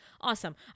Awesome